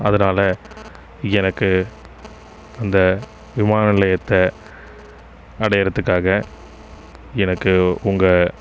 அதனால் எனக்கு அந்த விமான நிலையத்தை அடையறதுக்காக எனக்கு உங்கள்